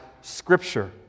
Scripture